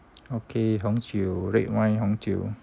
okay 红酒 red wine 红酒